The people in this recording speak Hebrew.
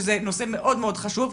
שזה נושא מאוד-מאוד חשוב,